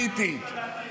אל תפריע לי.